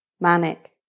manic